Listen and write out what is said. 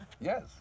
Yes